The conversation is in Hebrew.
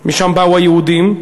משם באו היהודים,